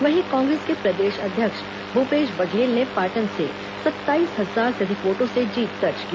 वहीं कांग्रेस के प्रदेश अध्यक्ष भूपेश बघेल ने पाटन से सत्ताईस हजार से अधिक वोटों से जीत दर्ज की